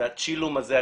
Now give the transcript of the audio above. והצ'ילום הזה,